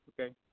Okay